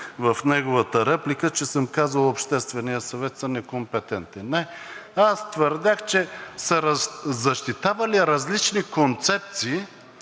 в неговата реплика, че съм казал, че Общественият съвет е некомпетентен. Не, аз твърдях, че са защитавали различни концепции,